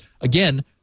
again